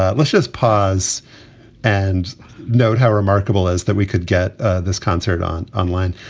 ah let's just pause and note how remarkable is that we could get this concert on online.